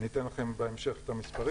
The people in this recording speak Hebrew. אני אתן לכם בהמשך את המספרים.